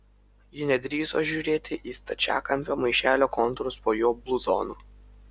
ji nedrįso žiūrėti į stačiakampio maišelio kontūrus po jo bluzonu